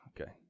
Okay